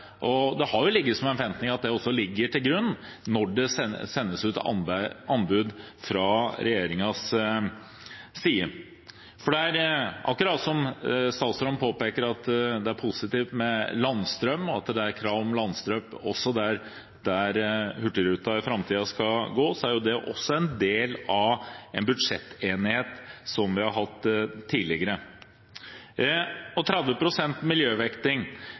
og det har ligget som en forventning, at dette ligger til grunn når det lyses ut anbud fra regjeringens side. Det er akkurat som statsråden påpeker: Det er positivt med landstrøm, og når det er krav om landstrøm der hurtigruta i framtiden skal gå, så er det også en del av en budsjettenighet som vi har hatt tidligere. 30 pst. miljøvekting: